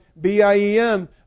BIEM